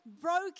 broken